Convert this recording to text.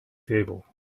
table